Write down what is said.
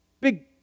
big